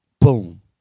Boom